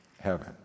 heaven